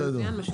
בסדר.